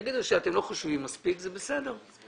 תגידו שאתם לא חושבים מספיק, זה בסדר.